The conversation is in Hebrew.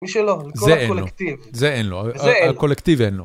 מי שלא, לכל הקולקטיב. זה אין לו, הקולקטיב אין לו.